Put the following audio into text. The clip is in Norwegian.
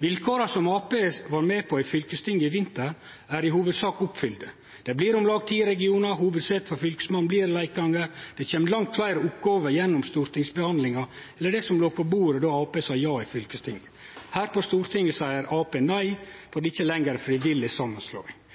Vilkåra som Arbeidarpartiet var med på i fylkestinget i vinter, er i hovudsak oppfylte. Det blir om lag ti regionar, hovudsete for Fylkesmannen blir i Leikanger, og det kjem langt fleire oppgåver gjennom stortingshandsaminga enn det som låg på bordet då Arbeidarpartiet sa ja i fylkestinget. Her på Stortinget seier Arbeidarpartiet nei fordi det ikkje lenger er ei frivillig samanslåing.